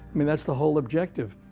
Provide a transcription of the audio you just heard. i mean that's the whole objective.